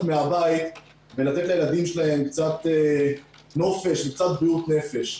מהבית ולתת לילדים שלהם קצת נופש וקצת בריאות נפש.